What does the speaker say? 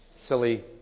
silly